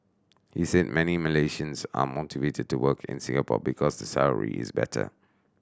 he said many Malaysians are motivated to work in Singapore because the salary is better